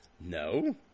No